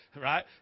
right